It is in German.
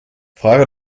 frage